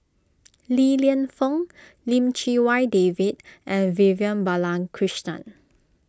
Li Lienfung Lim Chee Wai David and Vivian Balakrishnan